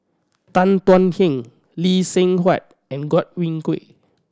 Tan Thuan Heng Lee Seng Huat and Godwin Koay